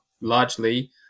largely